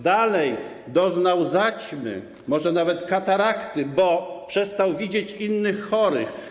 Dalej doznał zaćmy, może nawet katarakty, bo przestał widzieć innych chorych.